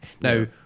now